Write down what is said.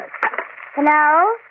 Hello